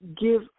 give